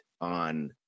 on